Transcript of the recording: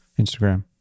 Instagram